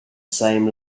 same